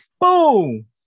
Boom